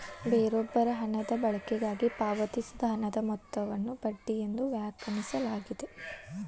ಬೇರೊಬ್ಬರ ಹಣದ ಬಳಕೆಗಾಗಿ ಪಾವತಿಸಿದ ಹಣದ ಮೊತ್ತವನ್ನು ಬಡ್ಡಿ ಎಂದು ವ್ಯಾಖ್ಯಾನಿಸಲಾಗಿದೆ